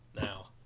now